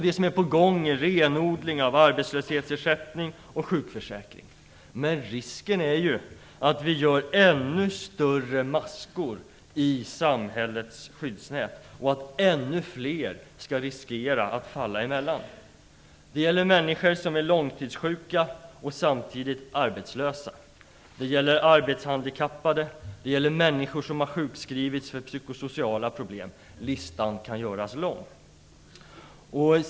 Det som är på gång är renodling av arbetslöshetsersättning och sjukförsäkring. Men risken är ju att vi gör ännu större maskor i samhällets skyddsnät och att ännu fler faller emellan. Det gäller människor som är långtidssjuka och samtidigt arbetslösa. Det gäller arbetshandikappade. Det gäller människor som har sjukskrivits för psykosociala problem. Listan kan göras lång.